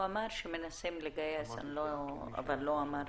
הוא אמר שמנסים לגייס אבל לא אמר מאיפה.